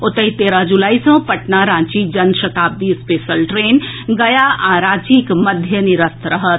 ओतहि तेरह जुलाई सँ पटना रांची जनशताब्दी स्पेशल ट्रेन गया आ रांचीक मध्य निरस्त रहत